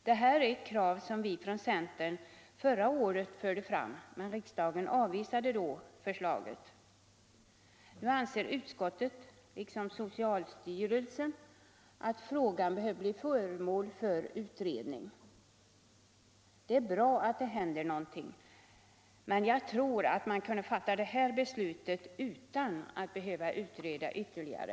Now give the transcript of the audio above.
Detta är ett krav som vi framförde från centern förra året men som riksdagen då avvisade. Nu anser utskottet liksom socialstyrelsen att frågan behöver bli föremål för utredning. Det är bra att någonting händer, men jag tror att man hade kunnat fatta detta beslut utan att behöva utreda ytterligare.